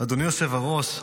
אדוני היושב-ראש,